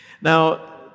Now